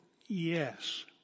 Yes